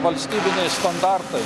valstybiniai standartai